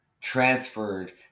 transferred